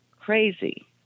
crazy